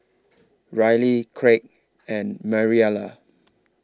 Ryley Kraig and Mariela